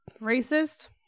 racist